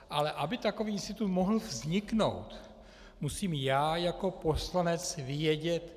Ale aby takový institut mohl vzniknout, musím já jako poslanec vědět